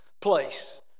place